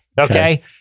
Okay